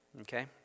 Okay